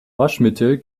waschmittel